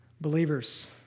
Believers